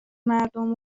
مردم